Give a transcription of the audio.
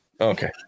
Okay